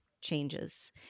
changes